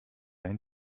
ein